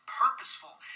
purposeful